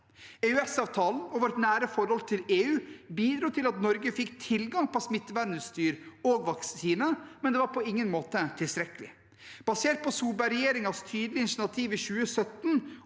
EØS-avtalen og vårt nære forhold til EU bidro til at Norge fikk tilgang på smittevernutstyr og vaksiner, men det var på ingen måte tilstrekkelig. Basert på Solberg-regjeringens tydelige initiativ i 2017,